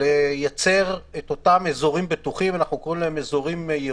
לייצר אזורים בטוחים אנחנו קוראים להם "אזורים ירוקים"